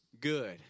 good